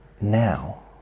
now